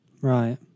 Right